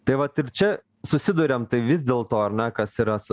tai vat ir čia susiduriam tai vis dėl to ar ne kas yra